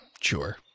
Sure